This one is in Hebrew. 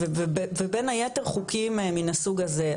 ובין היתר חוקים מן הסוג הזה.